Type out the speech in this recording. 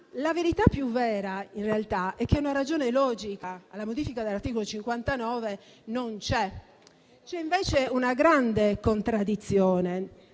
La verità più vera in realtà è che una ragione logica alla modifica dell'articolo 59 non c'è. C'è invece una grande contraddizione